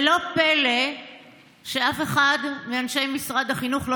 ולא פלא שאף אחד מאנשי משרד החינוך לא